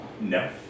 no